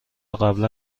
قبلا